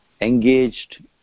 engaged